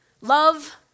love